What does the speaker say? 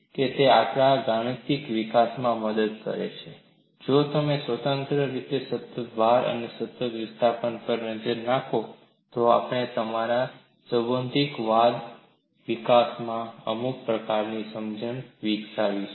તે આપણા ગાણિતિક વિકાસમાં મદદ કરે છે જો તમે સ્વતંત્ર રીતે સતત ભાર અને સતત વિસ્થાપન પર નજર નાખો તો આપણે તમારા સૈદ્ધાંતિક વાદ વિકાસમાં અમુક પ્રકારની સમજણ વિકસાવીશું